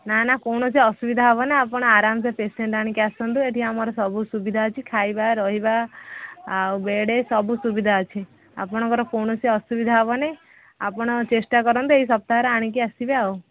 ନା ନା କୌଣସି ଅସୁବିଧା ହେବନା ଆପଣ ଆରାମ୍ସେ ପେସେଣ୍ଟ୍ ଆଣିକି ଆସନ୍ତୁ ଏଠି ଆମର ସବୁ ସୁବିଧା ଅଛି ଖାଇବା ରହିବା ଆଉ ବେଡ଼୍ ସବୁ ସୁବିଧା ଅଛି ଆପଣଙ୍କର କୌଣସି ଅସୁବିଧା ହେବନି ଆପଣ ଚେଷ୍ଟା କରନ୍ତୁ ଏଇ ସପ୍ତାହରେ ଆଣିକି ଆସିବେ ଆଉ